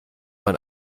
man